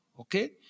Okay